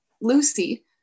Lucy